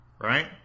right